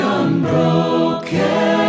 unbroken